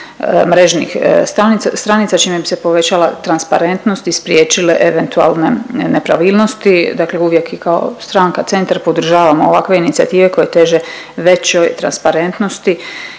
mrežnih stranica, čime bi se povećala transparentnost i spriječile eventualne nepravilnosti. Dakle uvijek i kao stranka Centar podržavamo ovakve inicijative koje teže većoj transparentnosti